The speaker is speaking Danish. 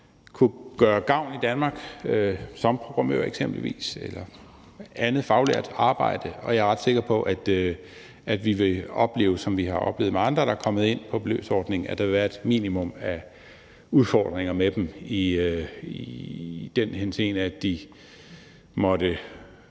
kunne gøre gavn i Danmark som programmører eksempelvis – eller andet faglært arbejde – og jeg er ret sikker på, at vi vil opleve, som vi har oplevet med andre, der er kommet ind på beløbsordningen, at der vil være et minimum af udfordringer med dem i den henseende, at de